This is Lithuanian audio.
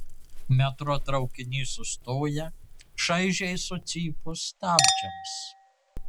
metro traukinys sustoja šaižiai sucypus stabdžiams